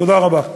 תודה רבה.